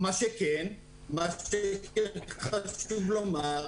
מה שחשוב לומר,